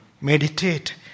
meditate